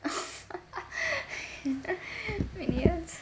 minions